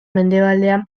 mendebaldean